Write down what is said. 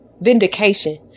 vindication